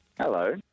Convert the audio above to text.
Hello